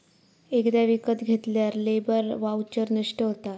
एकदा विकत घेतल्यार लेबर वाउचर नष्ट होता